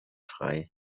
frei